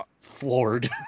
floored